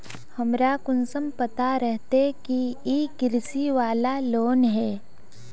हमरा कुंसम पता रहते की इ कृषि वाला लोन है?